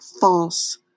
false